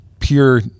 Pure